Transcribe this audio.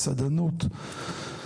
מסעדנות,